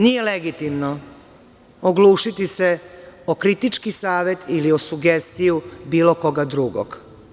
Nije legitimno oglušiti se o kritički savet ili o sugestiju bilo koga drugog.